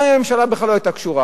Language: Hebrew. גם אם הממשלה בכלל לא היתה קשורה,